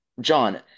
John